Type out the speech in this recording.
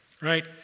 Right